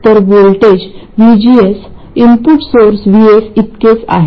तर voltage VGS input source VS इतकेच आहे